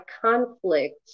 conflict